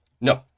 No